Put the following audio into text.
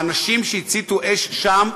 האנשים שהציתו אש שם,